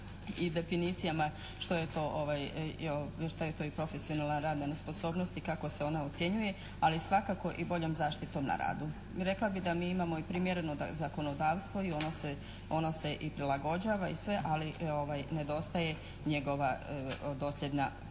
i definicijama što je to i profesionalna radna nesposobnost i kako se ona ocjenjuje, ali svakako i boljom zaštitom na radu. Rekla bih da mi imamo primjereno zakonodavstvo i ono se prilagođava i sve, ali nedostaje njegova dosljedna promjena,